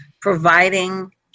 providing